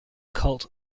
cult